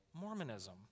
Mormonism